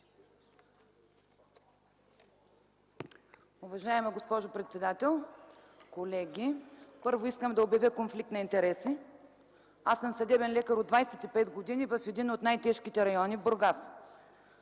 Уважаема госпожо председател, колеги! Първо искам да обявя конфликт на интереси. Аз съм съдебен лекар от 25 години в един от най-тежките райони – Бургас,